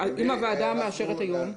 --- אם נאשר את כל זה היום,